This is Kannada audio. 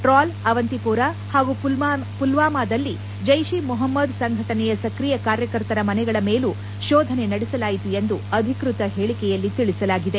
ಟ್ರಾಲ್ ಅವಂತಿಪೋರಾ ಹಾಗೂ ಪುಲ್ನಾಮಾದಲ್ಲಿ ಜೈಪ್ ಇ ಮೊಹಮ್ನದ್ ಸಂಘಟನೆಯ ಸ್ಕ್ರಿಯ ಕಾರ್ಯಕರ್ತರ ಮನೆಗಳ ಮೇಲೂ ಶೋಧನೆ ನಡೆಸಲಾಯಿತು ಎಂದು ಅಧಿಕೃತ ಹೇಳಿಕೆಯಲ್ಲಿ ತಿಳಿಸಲಾಗಿದೆ